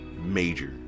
major